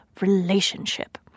relationship